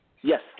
Yes